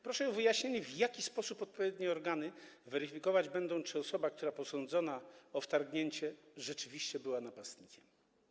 Proszę o wyjaśnienie, w jaki sposób odpowiednie organy będą weryfikować, czy osoba posądzona o wtargnięcie rzeczywiście była napastnikiem?